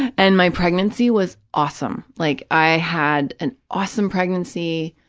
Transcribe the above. and my pregnancy was awesome. like i had an awesome pregnancy.